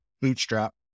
bootstrap